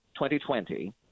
2020